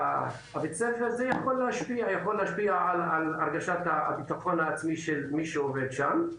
בתוך בית הספר זה יכול להשפיע על הרגשת הביטחון של מי שעובד שם,